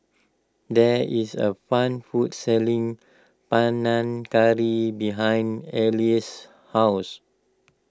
there is a fan court selling Panang Curry behind Elissa's house